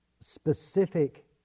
specific